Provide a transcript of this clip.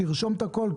תרשום את הכול,